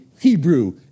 Hebrew